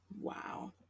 Wow